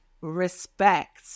respect